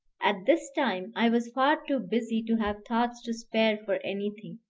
at this time i was far too busy to have thoughts to spare for anything,